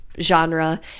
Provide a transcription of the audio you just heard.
genre